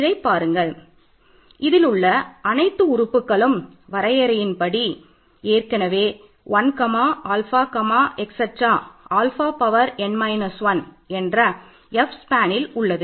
இதை பாருங்கள் இதிலுள்ள அனைத்து உறுப்புகளும் வரையறையின் படி ஏற்கனவே 1 ஆல்ஃபா உள்ளது